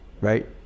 right